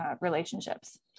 relationships